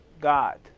God